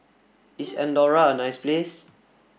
is Andorra a nice place